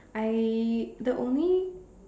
I the only